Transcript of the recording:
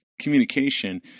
communication